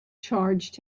charged